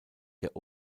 der